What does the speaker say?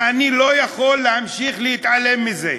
ואני לא יכול להמשיך להתעלם מזה.